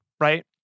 right